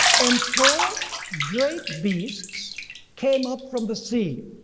and four great beasts came up from the sea,